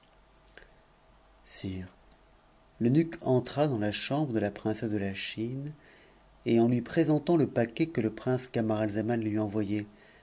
sire l'eunuque entra dans la chambre de la princesse de la chine ft en lui présentant le paquet que le prince camaralzaman lui envoyait